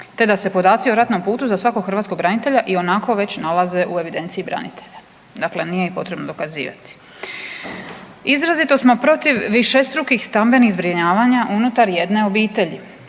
te da se podaci o ratnom putu za svakog hrvatskog branitelja ionako već nalaze u evidenciji branitelja. Dakle, nije ih potrebno dokazivati. Izrazito smo protiv višestrukih stambenih zbrinjavanja unutar jedne obitelji.